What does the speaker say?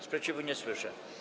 Sprzeciwu nie słyszę.